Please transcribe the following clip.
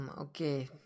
okay